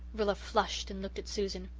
rilla flushed and looked at susan.